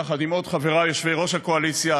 יחד עם חברי יושבי-ראש הקואליציה,